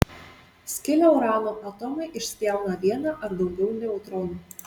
skilę urano atomai išspjauna vieną ar daugiau neutronų